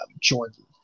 jordan